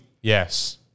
Yes